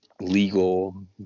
legal